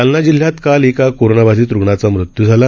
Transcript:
जालना जिल्ह्यात काल एका कोरोनाबाधित रुग्णाचा मृत्यू झाला